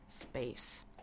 space